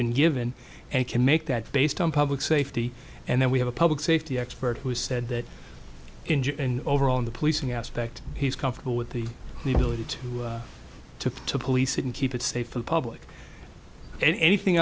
been given and can make that based on public safety and then we have a public safety expert who said that overall in the policing aspect he's comfortable with the the ability to to to police it and keep it safe for the public anything